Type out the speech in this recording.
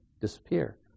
disappear